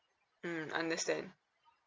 mm understand